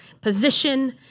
position